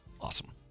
Awesome